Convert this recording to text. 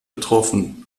betroffen